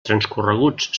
transcorreguts